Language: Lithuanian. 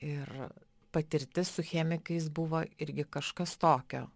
ir patirtis su chemikais buvo irgi kažkas tokio